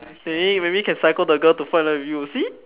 eh maybe can psycho the girl to fall in love with you see